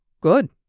Good